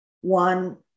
One